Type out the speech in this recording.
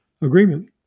agreement